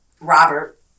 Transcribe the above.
Robert